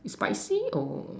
is spicy or